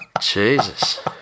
Jesus